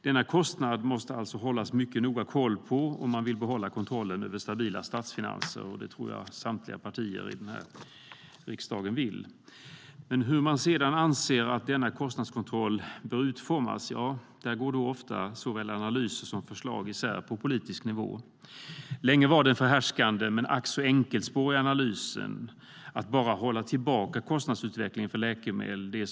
Denna kostnad måste det alltså hållas mycket noga koll på om man vill behålla stabila statsfinanser, och det tror jag att samtliga partier i riksdagen vill. Men när det gäller hur man sedan anser att denna kostnadskontroll bör utformas - ja, där går ofta såväl analyser som förslag isär på politisk nivå. Länge var den förhärskande men ack så enkelspåriga analysen och enda saliggörande principen att hålla tillbaka kostnadsutvecklingen för läkemedel.